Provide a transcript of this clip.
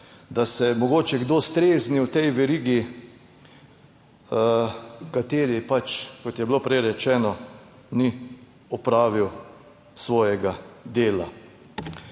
da se mogoče kdo strezni v tej verigi, v kateri pač, kot je bilo prej rečeno, ni opravil svojega dela.